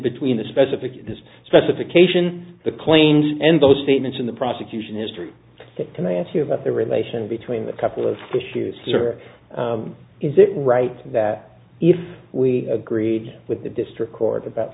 between the specific specification the claims and those statements in the prosecution history that can i ask you about the relation between the couple of issues or is it right that if we agreed with the district court about